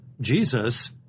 Jesus